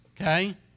okay